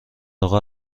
اقا